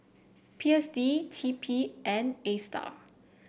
P S D T P and Astar